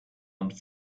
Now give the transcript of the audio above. und